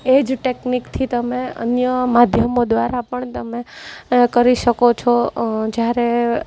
એ જ ટેકનિકથી તમે અન્ય માધ્યમો દ્વારા પણ તમે કરી શકો છો જ્યારે